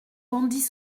bandits